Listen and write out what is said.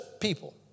people